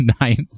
ninth